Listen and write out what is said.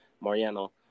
Mariano